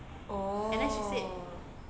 oh